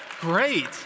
great